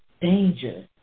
danger